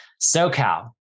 SoCal